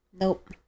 nope